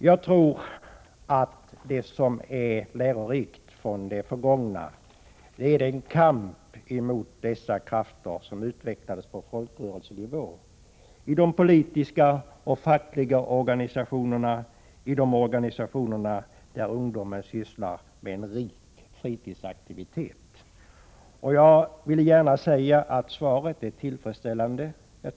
Jag tror att det vi skall dra lärdom av från det förgångna är den kamp mot dessa krafter som utvecklades på folkrörelsenivå — i politiska och fackliga organisationer och i de organisationer där ungdomen sysslade med en rik fritidsaktivitet. Jag vill gärna säga att svaret är tillfredsställande.